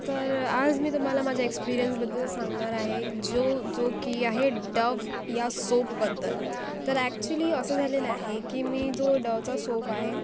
तर आज मी तुम्हाला माझ्या एक्सपिरियन्सबद्दल सांगणार आहे जो जो की आहे डव्ह या सोपबद्दल तर ॲक्चुअली असं झालेलं आहे की मी जो डवचा सोप आहे